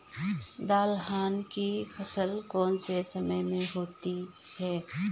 दलहन की फसल कौन से समय में होती है?